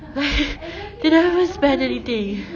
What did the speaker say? they never even spend anything